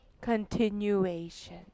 continuation